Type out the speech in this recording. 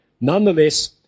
Nonetheless